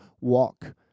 walk